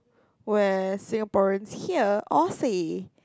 where Singaporeans hear or see